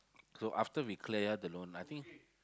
so after we cleared the loan I think